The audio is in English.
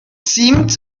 seemed